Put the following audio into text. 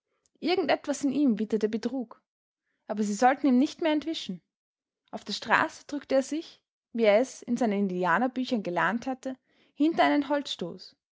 irgend etwas in ihm witterte betrug aber sie sollten ihm nicht mehr entwischen auf der straße drückte er sich wie er es in seinen indianerbüchern gelernt hatte hinter einen holzstoß